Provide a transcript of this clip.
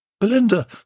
Belinda